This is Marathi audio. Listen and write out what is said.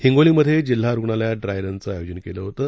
हिंगोलीमधे जिल्हा रुग्णालयात ड्रायरनचं आय़ोजन केलं होतं